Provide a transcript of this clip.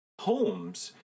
homes